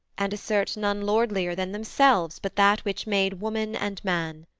and assert none lordlier than themselves but that which made woman and man.